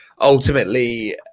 ultimately